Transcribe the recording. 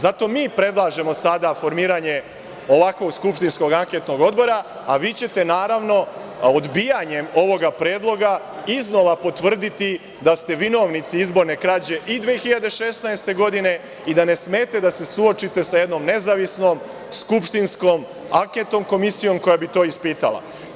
Zato mi predlažemo sada formiranje ovakvog skupštinskog anketnog odbora, a vi ćete naravno odbijanjem ovog predloga iznova potvrditi da ste vinovnici izborne krađe i 2016. godine i da ne smete da se suočite sa jednom nezavisnom skupštinskom anketnom komisijom koja bi to ispitala.